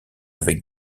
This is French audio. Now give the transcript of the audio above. avec